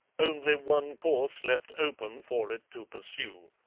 only one course left open for it to pursue.